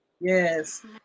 Yes